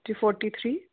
ji forty three